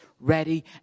ready